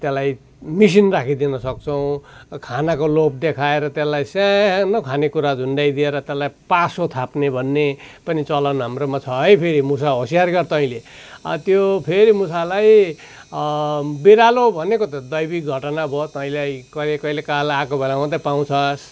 त्यसलाई मिसिन राखिदिन सक्छौँ खानाको लोभ देखाएर त्यसलाई सानो खानेकुरा झुण्ड्याइदिएर त्यसलाई पासो थाप्ने भन्ने पनि चलन हाम्रोमा छ है फेरि मुसा होसियार गर् तैँले त्यो फेरि मुसालाई बिरालो भनेको त दैविक घटना भो तँलाई कहिले कहिले काल आएको बेलामा मात्रै पाउँछस्